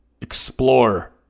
explore